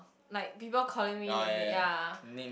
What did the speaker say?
like people calling me nickna~ ya